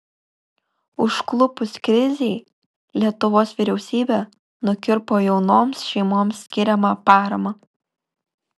užklupus krizei lietuvos vyriausybė nukirpo jaunoms šeimoms skiriamą paramą